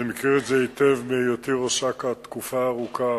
אני מכיר את זה היטב מהיותי ראש אכ"א תקופה ארוכה